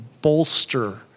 bolster